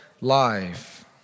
life